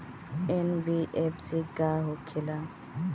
NBFC का होंखे ला?